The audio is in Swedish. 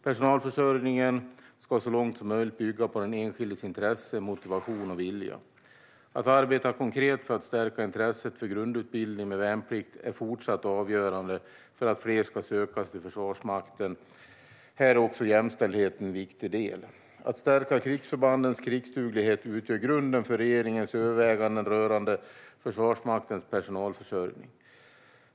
Personalförsörjningen ska så långt som möjligt bygga på den enskildes intresse, motivation och vilja. Att arbeta konkret för att stärka intresset för grundutbildning med värnplikt är även fortsättningsvis avgörande för att fler ska söka sig till Försvarsmakten, här är också jämställdhet en viktig del. Att stärka krigsförbandens krigsduglighet utgör grunden för regeringens överväganden rörande Försvarsmaktens personalförsörjning.